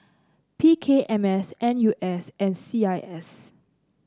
P K M S N U S and C I S